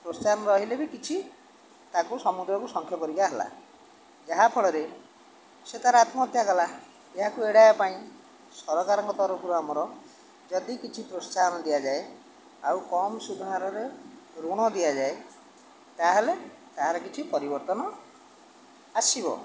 ପ୍ରୋତ୍ସାହନ ରହିଲେ ବି କିଛି ତାକୁ ସମୁଦ୍ରକୁ ସଂଖେ ପରିକା ହେଲା ଯାହାଫଳରେ ସେ ତା'ର ଆତ୍ମହତ୍ୟା କଲା ଏହାକୁ ଏଡ଼ାଇବା ପାଇଁ ସରକାରଙ୍କ ତରଫରୁ ଆମର ଯଦି କିଛି ପ୍ରୋତ୍ସାହନ ଦିଆଯାଏ ଆଉ କମ୍ ସୁଧହାରରେ ଋଣ ଦିଆଯାଏ ତା'ହେଲେ ତାହାର କିଛି ପରିବର୍ତ୍ତନ ଆସିବ